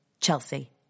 Chelsea